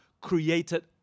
created